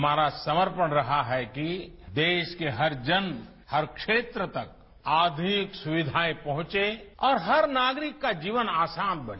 हमारा समर्पण रहा है कि देश को हर जन हर क्षेत्र तक आधुनिक सुविधाएं पहुंचे और हर नागरिक का जीवन आसान बने